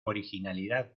originalidad